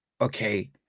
okay